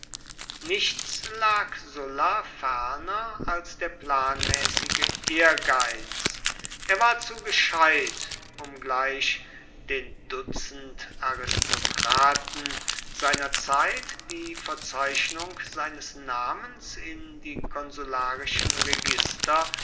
nichts lag sulla ferner als der planmäßige ehrgeiz er war zu gescheit um gleich den dutzendaristokraten seiner zeit die verzeichnung seines namens in die konsularischen register